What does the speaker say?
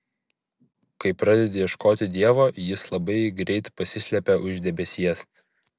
kai pradedi ieškoti dievo jis labai greit pasislepia už debesies